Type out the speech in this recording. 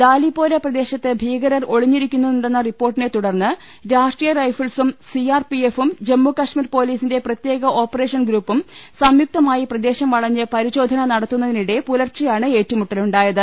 ദാലി പോര പ്രദേശത്ത് ഭീകരർ ഒളിഞ്ഞിരിക്കുന്നുണ്ടെന്ന റിപ്പോർട്ടിനെ തുടർന്ന് രാഷ്ട്രീയ റൈഫിൾസും സിആർപിഎഫും ജമ്മു കശ്മീർ പൊലീസിന്റെ പ്രത്യേക ഓപ്പറേഷൻ ഗ്രൂപ്പും സംയുക്തമായി പ്രദേശം വളഞ്ഞ് പരിശോധന നടത്തുന്നതിനിടെ പുലർച്ചെയാണ് ഏറ്റുമുട്ടലുണ്ടായത്